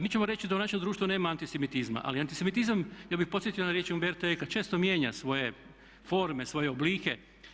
Mi ćemo reći da u našem društvu nema antisemitizma ali antisemitizam ja bih podsjetio na riječi Umberta Eco često mijenja svoje forme, svoje oblike.